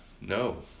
No